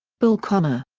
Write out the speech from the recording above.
bull connor.